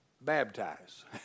baptize